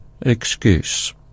excuse